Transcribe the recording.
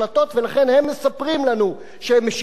ולכן הם מספרים לנו שהם משיחיים,